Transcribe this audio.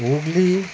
Hooghly